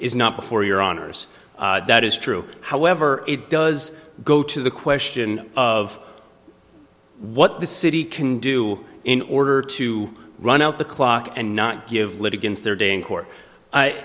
is not before your honor's that is true however it does go to the question of what the city can do in order to run out the clock and not give litigants their day in court